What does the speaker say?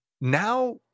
now